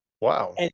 Wow